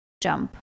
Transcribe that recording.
jump